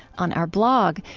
on our blog,